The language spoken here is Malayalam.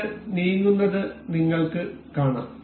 ഇത് നീങ്ങുന്നത് നിങ്ങൾക്ക് കാണാം